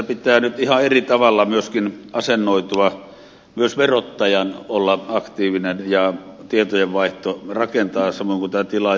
tässä pitää nyt ihan eri tavalla myöskin asennoitua myös verottajan olla aktiivinen ja tietojenvaihto rakentaa samoin kuin tämä tilaajakysymys